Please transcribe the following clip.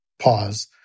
pause